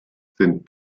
sind